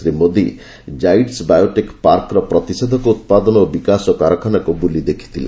Shri Modi Zydus biotech ପାର୍କର ପ୍ରତିଷେଧକ ଉତ୍ପାଦନ ଓ ବିକାଶ କାରଖାନାକୁ ବୁଲି ଦେଖଥିଲେ